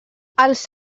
als